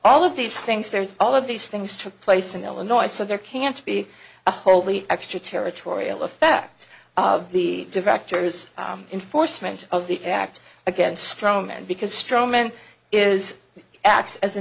all of these things there's all of these things took place in illinois so there can't be a wholly extraterritorial effect of the director's enforcement of the act against straw men because straw men is acts as a